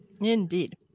Indeed